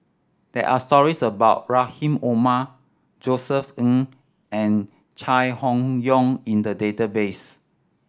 there are stories about Rahim Omar Josef Ng and Chai Hon Yoong in the database